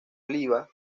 oliva